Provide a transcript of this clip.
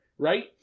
right